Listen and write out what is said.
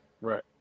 Right